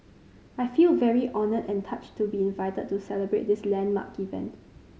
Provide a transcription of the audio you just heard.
I feel very honoured and touched to be invited to celebrate this landmark event